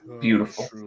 Beautiful